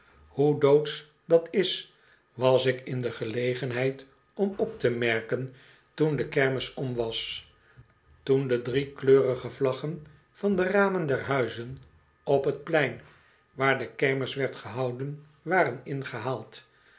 hoo doodsch dat is was ik in de gelegenheid om op te merken toen de kermis om was toen de driekleurige vlaggen van de ramen deihuizen op t plein waar de kermis werd gehouden waren ingehaald